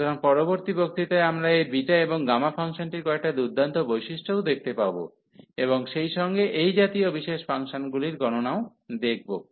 সুতরাং পরবর্তী বক্তৃতায় আমরা এই বিটা এবং গামা ফাংশনটির কয়েকটি দুর্দান্ত বৈশিষ্ট্যও দেখতে পাব এবং সেই সঙ্গে এই জাতীয় বিশেষ ফাংশনগুলির গণনাও দেখব